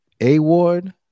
A-Ward